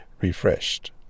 refreshed